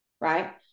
right